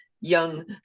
young